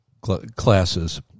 classes